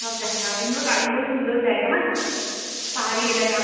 সব দেখা এমনি তো কালিম্পং সুন্দর জায়গা না পাহাড়ি এলাকা